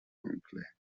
oncle